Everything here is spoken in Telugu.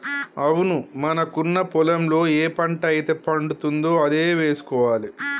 అవును మనకున్న పొలంలో ఏ పంట అయితే పండుతుందో అదే వేసుకోవాలి